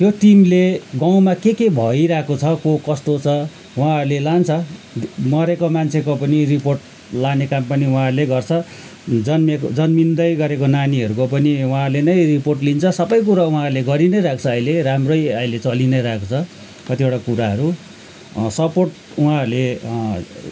त्यो टिमले गाउँमा के के भइरहेको छ को कस्तो छ उहाँहरूले लान्छ मरेको मान्छेको पनि रिपोर्ट लाने काम पनि उहाँहरले गर्छ जन्मिएको जन्मिँदै गरेको नानीहरू को पनि उहाँले नै रिपोर्ट लिन्छ सबै कुरो उहाँहरले गरि नै रहेको छ अहिले राम्रै अहिले चलि नै रहेको छ कतिवटा कुराहरू सपोर्ट उहाँहरूले